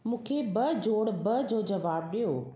मूंखे ॿ जोड़ ॿ जो जवाबु ॾियो